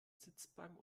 sitzbank